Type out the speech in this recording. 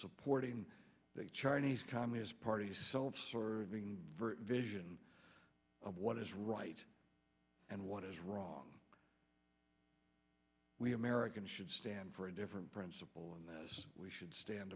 supporting the chinese communist party self serving vision of what is right and what is wrong we americans should stand for a different principle in the us we should stand